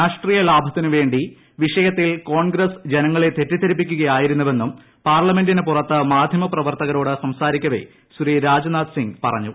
രാഷ്ട്രീയ കോൺഗ്രസ്സ് ലാഭത്തിനുവേണ്ടി വിഷയത്തിൽ ജനങ്ങളെ തെറ്റിദ്ധരിപ്പിക്കുകയായിരുന്നുവെന്നും പാർലമെന്റിന് പുറത്ത് മാധ്യമ പ്രവർത്തകരോട് സംസാരിക്കുപ്പ് ൂശീ രാജ്നാഥ് സിംഗ് പറഞ്ഞു